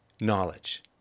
knowledge